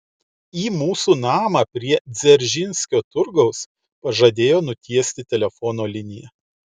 į mūsų namą prie dzeržinskio turgaus pažadėjo nutiesti telefono liniją